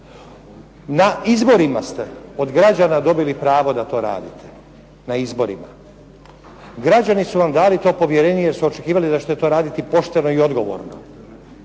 Na izborima ste od građana dobili pravo da to radite, građani su vam dali to povjerenje jer su vjerovali da ćete to raditi pošteno i odgovorno,